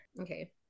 Okay